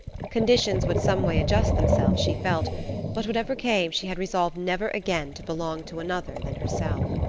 conditions would some way adjust themselves, she felt but whatever came, she had resolved never again to belong to another than herself.